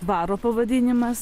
dvaro pavadinimas